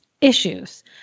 issues